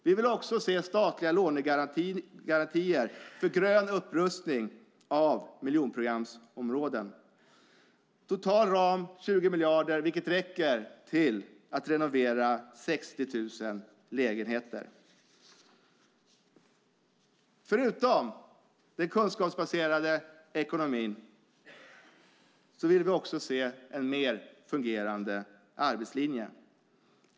Vi vill också se statliga lånegarantier för grön upprustning av miljonprogramsområden. Total ram 20 miljarder, vilket räcker till att renovera 60 000 lägenheter. Förutom den kunskapsbaserade ekonomin vill vi se en mer fungerande arbetslinje.